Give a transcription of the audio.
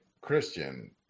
Christian